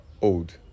old